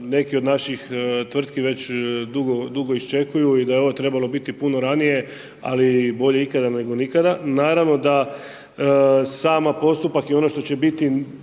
neki od naših tvrtki već dugo iščekuju i da je ovo trebalo biti puno ranije, ali bolje ikada nego nikada. Naravno da sam postupak i ono što će biti